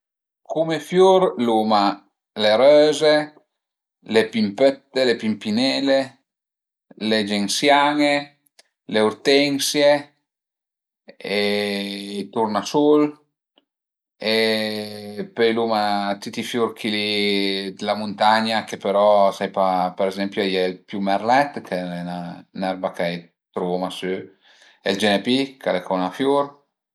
Cume fiur l'uma le röze, le pimpëtte, le pimpinele, le gensian-e, le urtensie e i turnasul e pöi l'uma tüti i fiur chi li d'la muntagna che però sai pa për ezempi a ie ël piumerlèt ch'al e ün'erba che truvuma sü e ël genepy ch'al e co 'na fiur